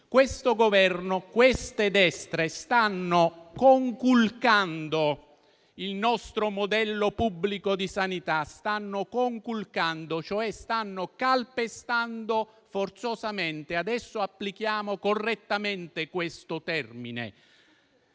Questo Governo e queste destre stanno conculcando il nostro modello pubblico di sanità (lo stanno cioè calpestando forzosamente: applichiamo correttamente questo termine)